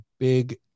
big